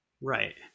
right